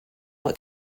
what